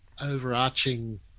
overarching